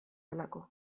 delako